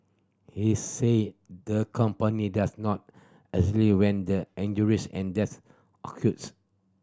he said the company does not exactly when the injuries and death occurred